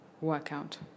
workout